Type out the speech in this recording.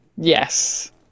Yes